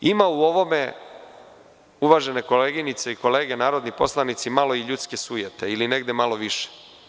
Ima u ovome, uvažene kolege i koleginice narodni poslanici, malo i ljudske sujete ili negde malo više.